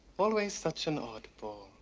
always such an oddball.